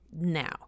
now